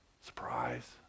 Surprise